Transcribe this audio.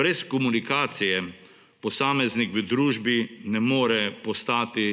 Brez komunikacije posameznik v družbi ne more postati